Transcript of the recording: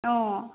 অঁ